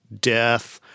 death